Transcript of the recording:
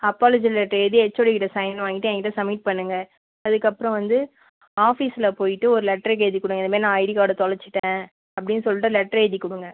apology letter எழுதி HOD கிட்ட sign வாங்கிட்டு ஏன்கிட்ட சமிட் பண்ணுங்க அதுக்கு அப்புறம் வந்து ஆஃபீஸில் போயிட்டு ஒரு லெட்டர் எழுதி கொடுங்க இது மாரி நான் ஐடி கார்ட்டை தொலைச்சிட்டேன் அப்படினு சொல்லிட்டு லெட்டர் எழுதிக் கொடுங்க